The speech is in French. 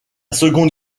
seconde